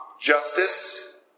justice